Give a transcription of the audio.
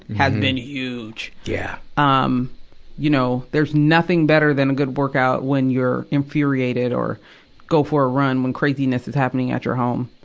has been huge! yeah. um you know, there's nothing better than a good workout when you're infuriated or go for a run when craziness is happening at your home.